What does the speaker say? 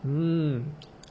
mm